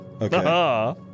Okay